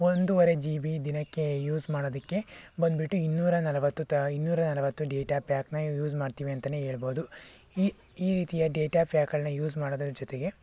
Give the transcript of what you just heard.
ಒಂದುವರೆ G B ದಿನಕ್ಕೆ use ಮಾಡೋದಕ್ಕೆ ಬಂದುಬಿಟ್ಟು ಇನ್ನೂರ ನಲ್ವತ್ತು ತಾ ಇನ್ನೂರ ನಲ್ವತ್ತು ಡೇಟಾ ಪ್ಯಾಕನ್ನ ಯೂಸ್ ಮಾಡ್ತೀವಿ ಅಂತಾನೇ ಹೇಳ್ಬೋದು ಈ ಈ ರೀತಿಯ ಡೇಟಾ ಪ್ಯಾಕ್ಗಳನ್ನು ಯೂಸ್ ಮಾಡೋದರ ಜೊತೆಗೆ